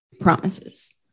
promises